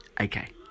Okay